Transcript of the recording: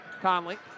Conley